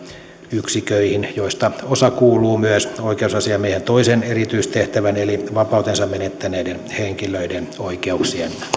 yksiköihin joista osa kuuluu myös oikeusasiamiehen toisen erityistehtävän eli vapautensa menettäneiden henkilöiden oikeuksien